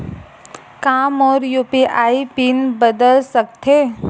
का मोर UPI pin बदल सकथे?